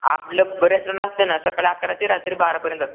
आपलं बरं रेस्टॉरंट असते ना सकाळ अकरा ते रात्री बारापर्यंत असतं